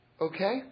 Okay